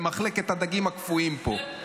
במחלקת הדגים הקפואים פה.